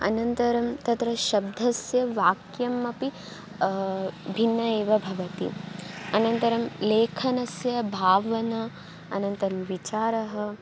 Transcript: अनन्तरं तत्र शब्दस्य वाक्यमपि भिन्नम् एव भवति अनन्तरं लेखनस्य भावना अनन्तरं विचारः